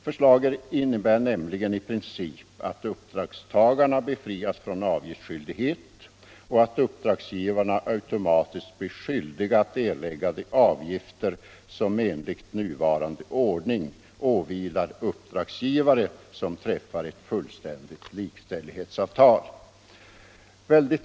Förslaget innebär nämligen i princip att uppdragstagarna befrias från avgiftsskyldighet och att uppdragsgivarna automatiskt blir skyldiga att erlägga de avgifter som enligt nuvarande ordning åvilar uppdragsgivare som träffat ett fullständigt likställighetsavtal.